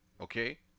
okay